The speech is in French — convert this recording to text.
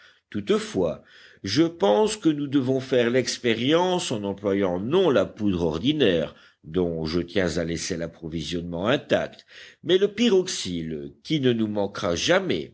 toutefois je pense que nous devons faire l'expérience en employant non la poudre ordinaire dont je tiens à laisser l'approvisionnement intact mais le pyroxile qui ne nous manquera jamais